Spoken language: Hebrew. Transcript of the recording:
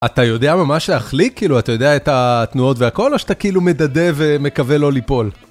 אתה יודע ממש להחליק, כאילו, אתה יודע את התנועות והכל, או שאתה כאילו מדדה ומקווה לא ליפול?